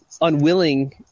unwilling